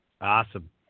Awesome